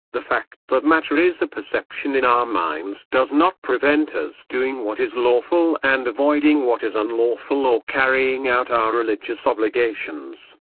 the fact that matter is a perception in our minds does not prevent us doing what is lawful and avoiding what is unlawful or carrying out our religious obligations.